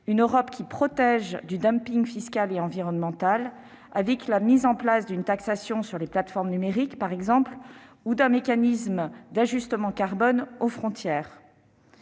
une Europe qui protège du dumping fiscal et environnemental, avec la mise en place d'une taxation sur les plateformes numériques, par exemple, ou d'un mécanisme d'ajustement carbone aux frontières,